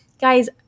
guys